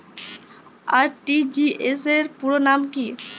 RTGS র পুরো নাম কি?